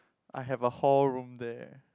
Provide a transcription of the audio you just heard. I have a hall room there